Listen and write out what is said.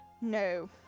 no